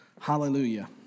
Hallelujah